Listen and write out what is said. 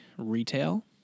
retail